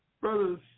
Brothers